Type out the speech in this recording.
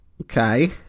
okay